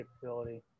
capability